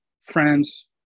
friends